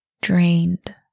drained